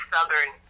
Southern